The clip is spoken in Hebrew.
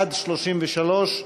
עד 33,